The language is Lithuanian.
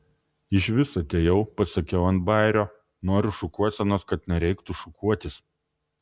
išvis atėjau pasakiau ant bajerio noriu šukuosenos kad nereiktų šukuotis